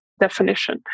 definition